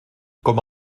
com